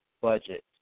budget